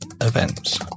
events